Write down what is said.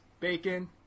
Bacon